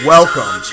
Welcome